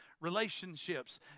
relationships